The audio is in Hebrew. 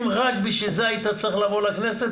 אם רק בשביל זה היית צריך לבוא לכנסת,